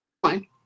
one